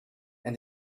that